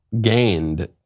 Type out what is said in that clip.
gained